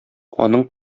аның